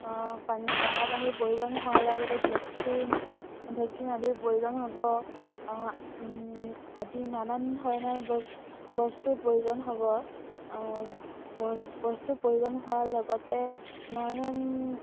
পানী দানা পানীৰ প্ৰয়োজন হোৱাৰ লগতে ভেকচিন ভেকচিন আদিৰ প্ৰয়োজন হ'ব আদি নানান ধৰণৰ বস্তুৰ প্ৰয়োজন হ'ব বস্তুৰ প্ৰয়োজন হোৱাৰ লগতে নানান